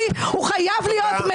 הוועדה --- רק את שואלת שיש בהן מהות.